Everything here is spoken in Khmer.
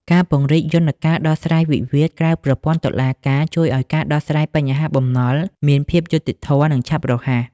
ការពង្រឹងយន្តការដោះស្រាយវិវាទក្រៅប្រព័ន្ធតុលាការ ជួយឱ្យការដោះស្រាយបញ្ហាបំណុលមានភាពយុត្តិធម៌ និងឆាប់រហ័ស។